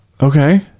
Okay